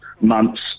months